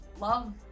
love